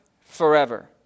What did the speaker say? forever